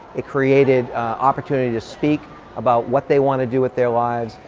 it created opportunity to speak about what they want to do with their lives,